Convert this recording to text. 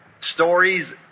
stories